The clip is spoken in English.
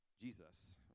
Jesus